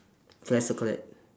so I circle it